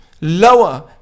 lower